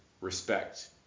respect